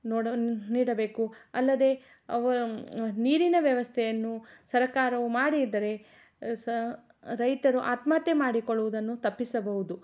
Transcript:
ನೋಡ ನೀಡಬೇಕು ಅಲ್ಲದೆ ಅವ ನೀರಿನ ವ್ಯವಸ್ಥೆಯನ್ನು ಸರಕಾರವು ಮಾಡಿ ಇದ್ದರೆ ಸ ರೈತರು ಆತ್ಮಹತ್ಯೆ ಮಾಡಿಕೊಳ್ಳುದನ್ನು ತಪ್ಪಿಸಬಹುದು